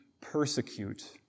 persecute